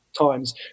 times